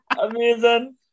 Amazing